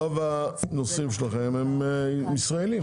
רוב הנוסעים שלכם הם ישראלים.